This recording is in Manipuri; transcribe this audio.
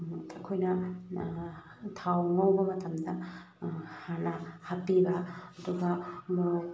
ꯑꯩꯈꯣꯏꯅ ꯊꯥꯎ ꯉꯧꯕ ꯃꯇꯝꯗ ꯍꯥꯟꯅ ꯍꯥꯞꯄꯤꯕ ꯑꯗꯨꯒ ꯃꯣꯔꯣꯛ